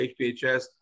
HPHS